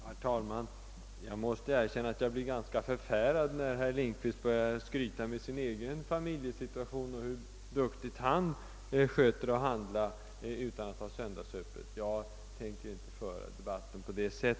Herr talman! Jag måste erkänna att jag blev ganska förfärad när herr Lindkvist började att skryta med sin egen familjesituation och om hur duktigt han sköter det hela och handlar utan behov av att ha söndagsöppet. Jag tänker inte föra debatten på den nivån.